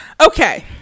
okay